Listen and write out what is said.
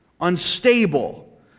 Unstable